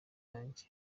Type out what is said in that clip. yanjye